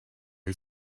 who